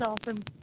awesome